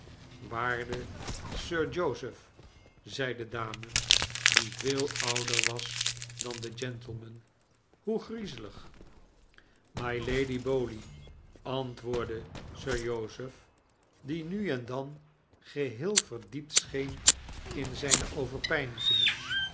waarde sir joseph zei de dame die veel onder was dan de gentleman hoe griezelig mylady bowley antwoordde sir joseph die nu en dan geheel verdiept scheeu in zijne